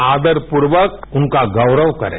आदरपूर्वक उनका गौरव करें